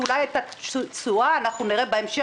שאולי את התשואה אנחנו נראה בהמשך.